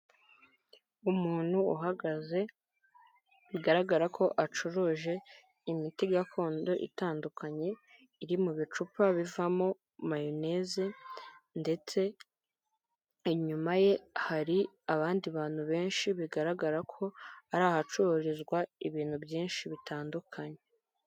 Umuntu uhagaze bigaragara ko acuruje imiti gakondo itandukanye iri mu bicupa bivamo mayoneze, ndetse inyuma ye hari abandi bantu benshi bigaragara ko ari ahacururizwa ibintu byinshi bitandukanye.